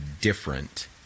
different